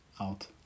out